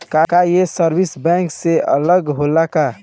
का ये service bank से अलग होला का?